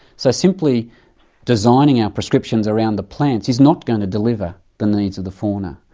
so simply designing our prescriptions around the plants is not going to deliver the needs of the fauna,